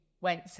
went